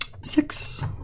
Six